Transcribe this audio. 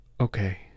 Okay